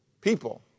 people